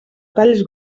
talls